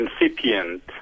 incipient